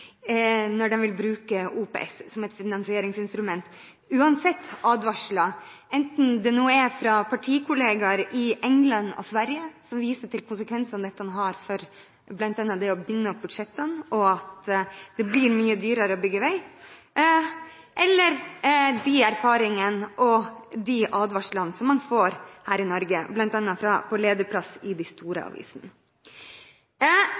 når de vil bruke OPS som et finansieringsinstrument, uansett advarsler, enten det nå er fra partikolleger i England og Sverige – som viser til konsekvenser dette har, bl.a. ved at det binder opp budsjettene, og at det blir mye dyrere å bygge vei – eller det er erfaringer og advarsler som man får her i Norge, bl.a. på lederplass i de store